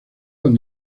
con